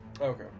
Okay